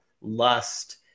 lust